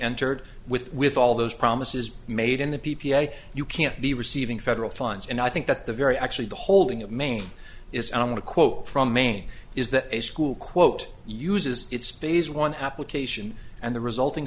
entered with with all those promises made in the p p a you can't be receiving federal funds and i think that the very actually the holding of maine is i'm going to quote from maine is that a school quote uses its phase one application and the resulting